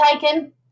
taken